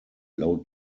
low